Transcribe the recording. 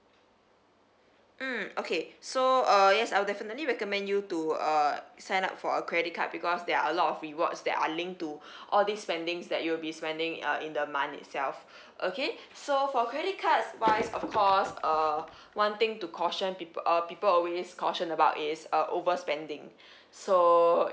mm okay so uh yes I'll definitely recommend you to uh sign up for a credit card because there are a lot of rewards that are linked to all these spendings that you'll be spending uh in the month itself okay so for credit cards wise of course uh one thing to caution peop~ uh people always caution about is uh overspending so